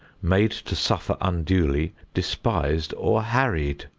made to suffer unduly, despised or harried.